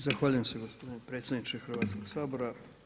Zahvaljujem se gospodine predsjedniče Hrvatskog sabora.